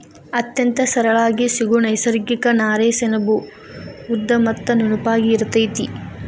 ಅತ್ಯಂತ ಸರಳಾಗಿ ಸಿಗು ನೈಸರ್ಗಿಕ ನಾರೇ ಸೆಣಬು ಉದ್ದ ಮತ್ತ ನುಣುಪಾಗಿ ಇರತತಿ